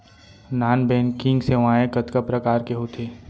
non banking सेवाएं कतका प्रकार के होथे